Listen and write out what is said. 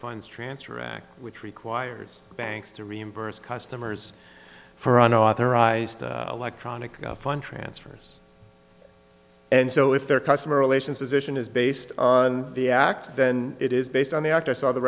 funds transfer act which requires banks to reimburse customers for unauthorized electronic fine transfers and so if their customer relations position is based on the act then it is based on the act i saw the